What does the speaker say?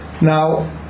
Now